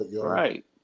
Right